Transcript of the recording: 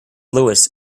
lewis